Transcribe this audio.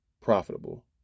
profitable